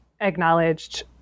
acknowledged